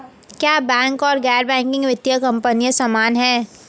क्या बैंक और गैर बैंकिंग वित्तीय कंपनियां समान हैं?